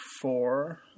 Four